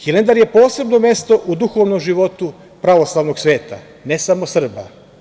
Hilandar je posebno mesto u duhovnom životu pravoslavnog sveta ne samo Srba.